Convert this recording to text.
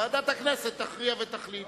ועדת הכנסת תכריע ותחליט.